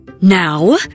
Now